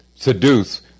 Seduce